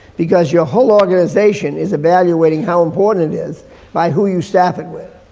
because your whole organization is evaluating how important it is by who you staff it with.